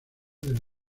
del